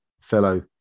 fellow